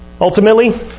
Ultimately